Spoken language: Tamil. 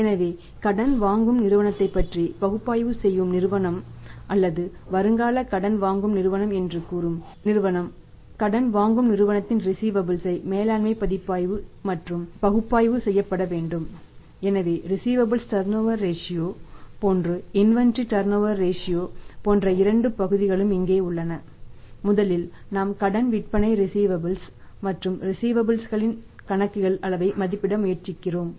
எனவே கடன் வாங்கும் நிறுவனத்தைப் பற்றி பகுப்பாய்வு செய்யும் நிறுவனம் அல்லது வருங்கால கடன் வாங்கும் நிறுவனம் என்று கூறும் நிறுவனம் கடன் வாங்கும் நிறுவனத்தின் ரிஸீவபல்ஸ் களின் கணக்குகள் அளவை மதிப்பிட முயற்சிக்கிறோம்